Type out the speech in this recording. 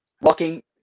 walking